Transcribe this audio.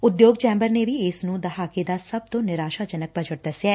ਉਦਯੋਗ ਚੈ'ਬਰ ਨੇ ੱਵੀ ਇਸ ਨੂੰ ਦਹਾਕੇ ਦਾ ਸਭ ਤੋ' ਨਿਰਾਸ਼ਾ ਜਨਕ ਬਜਟ ਦਸਿਐ